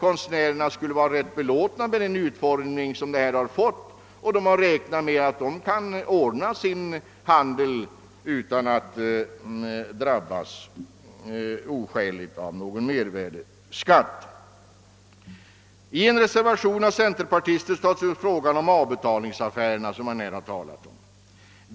konstnärerna skulle vara rätt belåtna med den utformning som förslaget fått; de räknar med att kunna ordna sin försäljning utan att oskäligt drabbas av mervärdeskatt. I en centerpartimotion tas frågan om avbetalningsaffärerna upp.